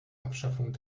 abschaffung